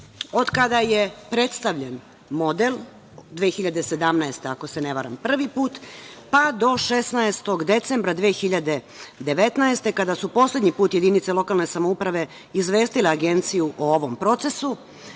kada je predstavljen model 2017. godine, ako se ne varam, prvi put, pa do 16. decembra 2019. godine, kada su poslednji put jedinice lokalne samouprave izvestile agencije o ovom procesu,